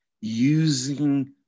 using